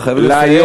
אבל חייבים לסיים.